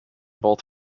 both